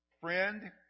friend